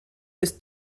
ist